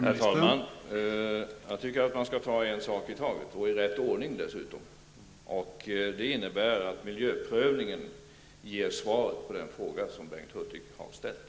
Herr talman! Jag tycker att man skall ta en sak i taget och i rätt ordning. Det innebär att miljöprövningen ger svaret på den fråga som Bengt Hurtig har ställt.